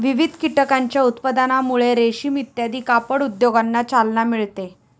विविध कीटकांच्या उत्पादनामुळे रेशीम इत्यादी कापड उद्योगांना चालना मिळते